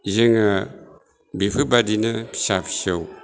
जोङो बेफोरबादिनो फिसा फिसौ